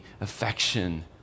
affection